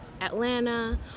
Atlanta